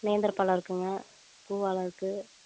நேந்திரபழம் இருக்குதுங்க பூ வாழை இருக்குது